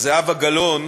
זהבה גלאון